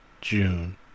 June